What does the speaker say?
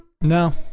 no